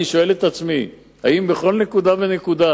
אני שואל את עצמי: האם בכל נקודה ונקודה